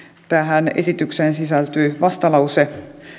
tähän esitykseen sisältyy vastalause